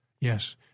Yes